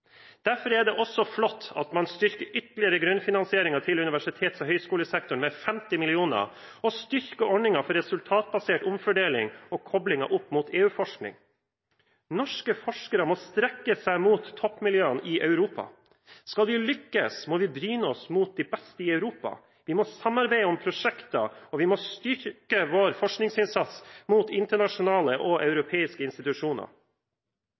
Derfor er det også flott at man ytterligere styrker grunnfinansieringen til universitets- og høyskolesektoren med 50 mill. kr og styrker ordningen for resultatbasert omfordeling og kobling opp mot EU-forskning. Norske forskere må strekke seg mot toppmiljøene i Europa. Skal vi lykkes, må vi bryne oss på de beste i Europa. Vi må samarbeide om prosjekter, og vi må styrke vår forskningsinnsats mot internasjonale og europeiske institusjoner.